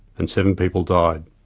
and seven people died.